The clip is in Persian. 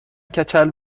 کچل